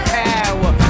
power